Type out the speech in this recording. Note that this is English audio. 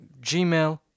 Gmail